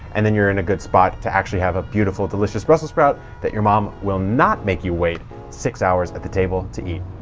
and then you're in a good spot to actually have a beautiful, delicious brussels sprout that your mom will not make you wait six hours at the table to eat.